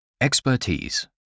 Expertise